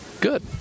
good